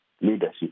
leadership